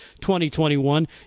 2021